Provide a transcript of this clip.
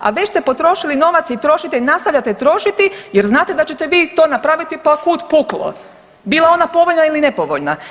A već ste potrošili novac i trošite i nastavljate trošiti, jer znate da ćete vi to napraviti pa kud puklo bila ona povoljna ili nepovoljna.